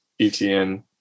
ETN